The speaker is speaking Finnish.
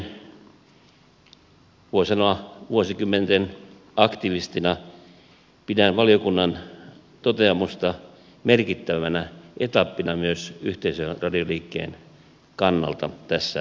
yhteisöradioliikkeen voi sanoa vuosikymmenten aktivistina pidän valiokunnan toteamusta merkittävänä etappina myös yhteisöradioliikkeen kannalta tässä maassa